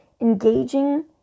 engaging